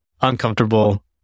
uncomfortable